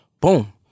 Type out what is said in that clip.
Boom